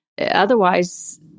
otherwise